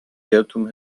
irrtum